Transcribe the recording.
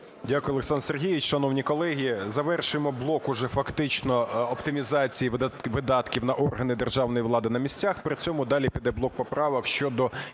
Дякую, Олександр Сергійович. Шановні колеги, завершуємо блок уже фактично оптимізації видатків на органи державної влади на місцях, при цьому далі піде блок поправок щодо